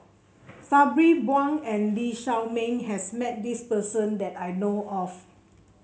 Sabri Buang and Lee Shao Meng has met this person that I know of